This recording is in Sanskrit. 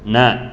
न